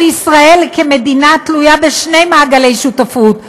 ישראל כמדינה תלויה בשני מעגלי שותפות,